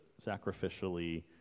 sacrificially